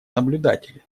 наблюдатели